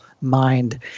mind